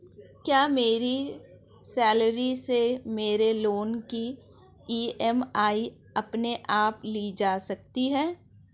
क्या मेरी सैलरी से मेरे लोंन की ई.एम.आई अपने आप ली जा सकती है?